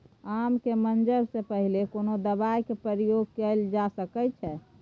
आम के मंजर से पहिले कोनो दवाई के प्रयोग कैल जा सकय अछि?